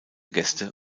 gäste